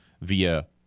via